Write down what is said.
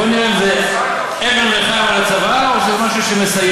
בוא נראה אם זה אבן ריחיים על הצוואר או שזה משהו שמסייע.